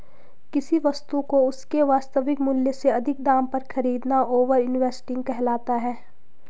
किसी वस्तु को उसके वास्तविक मूल्य से अधिक दाम पर खरीदना ओवर इन्वेस्टिंग कहलाता है